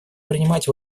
принимать